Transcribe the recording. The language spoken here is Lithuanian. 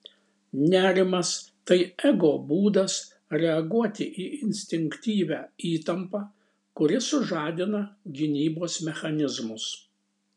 nerimas tai ego būdas reaguoti į instinktyvią įtampą kuri sužadina gynybos mechanizmus